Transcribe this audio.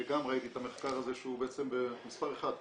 שגם ראיתי את המחקר הזה שהוא מספר אחד למעלה.